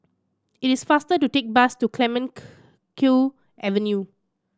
it is faster to take bus to Clemenceau Avenue